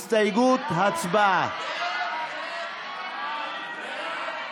ההסתייגות (6) של קבוצת סיעת הליכוד,